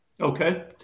Okay